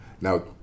Now